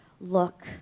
look